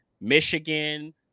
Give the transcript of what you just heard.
Michigan